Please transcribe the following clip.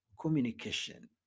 communication